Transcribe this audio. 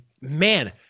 man